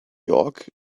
york